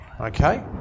Okay